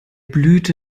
blüte